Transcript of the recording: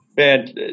Man